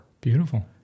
Beautiful